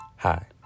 Hi